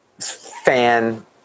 fan